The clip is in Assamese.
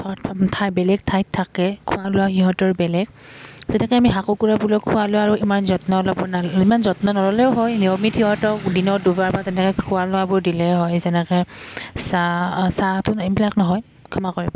ঠাই বেলেগ ঠাইত থাকে খোৱা লোৱা সিহঁতৰ বেলেগ যেনেকৈ আমি হাঁহ কুকুৰাবোৰক খোৱা লোৱা আৰু ইমান যত্ন ল'ব ইমান যত্ন নল'লেও হয় নিয়মিত সিহঁতৰ দিনত দুবাৰ বা তেনেকৈ খোৱা লোৱাবোৰ দিলেই হয় যেনেকৈ চাহ চাহটো এইবিলাক নহয় ক্ষমা কৰিব